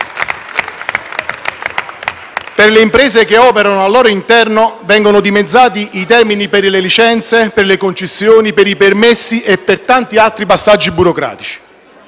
Per le imprese che operano al loro interno vengono dimezzati i termini per il rilascio delle licenze, delle concessioni, dei permessi e di tanti altri passaggi burocratici.